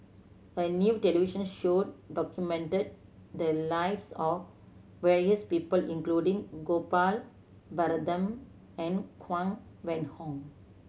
a new television show documented the lives of various people including Gopal Baratham and Huang Wenhong